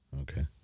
Okay